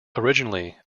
originally